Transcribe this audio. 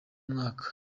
umwaka